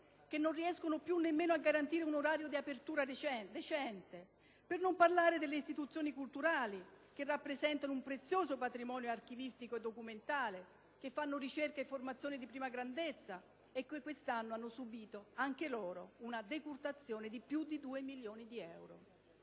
che non riescono più nemmeno a garantire un orario di apertura decente. Per non parlare delle istituzioni culturali che rappresentano un prezioso patrimonio archivistico e documentale, che fanno ricerca e formazione di prima grandezza e che quest'anno hanno subito, anche loro, una decurtazione di più di 2 milioni di euro.